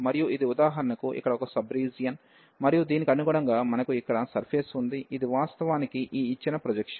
మరియు ఇది ఉదాహరణకు ఇక్కడ ఒక సబ్ రీజియన్ మరియు దీనికి అనుగుణంగా మనకు ఇక్కడ సర్ఫేస్ ఉంది ఇది వాస్తవానికి ఈ ఇచ్చిన ప్రొజెక్షన్